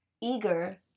eager